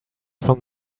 from